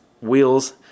wheels